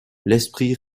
l’esprit